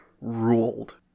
Ruled